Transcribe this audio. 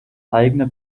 eigene